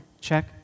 check